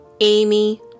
Amy